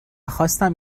خواستم